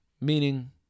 meaning